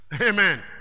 amen